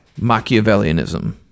Machiavellianism